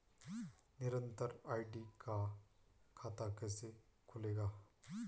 निरन्तर आर.डी का खाता कैसे खुलेगा?